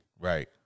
Right